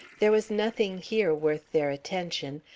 there was nothing here worth their attention,